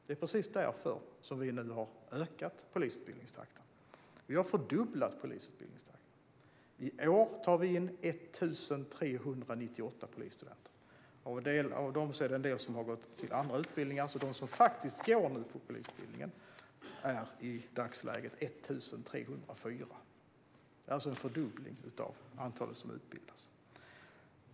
Det är precis därför vi nu har ökat polisutbildningstakten; vi har fördubblat den. I år tar vi in 1 398 polisstudenter. En del av dem har gått till andra utbildningar, så de som faktiskt går på polisutbildningen är i dagsläget 1 304. Det är alltså en fördubbling av det antal som utbildas.